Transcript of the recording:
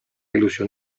ilusión